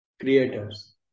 creators